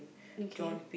okay